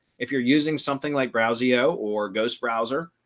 if you're using something like browse eo or ghost browser,